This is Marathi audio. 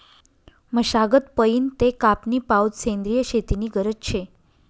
मशागत पयीन ते कापनी पावोत सेंद्रिय शेती नी गरज शे